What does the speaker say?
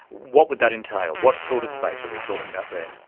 what would that entail? what sort of space are we talking about there?